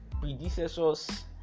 predecessors